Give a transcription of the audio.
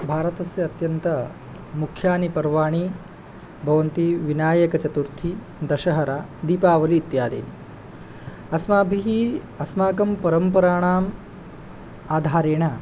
भारतस्य अत्यन्तमुख्यानि पर्वाणि भवन्ति विनायकचतुर्थी दशहरा दीपावली इत्यादीनि अस्माभिः अस्माकं परम्पराणाम् आधारेण